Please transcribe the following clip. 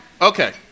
Okay